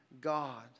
God